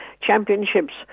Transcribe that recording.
championships